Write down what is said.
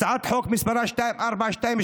הצעת חוק שמספרה 2428/24,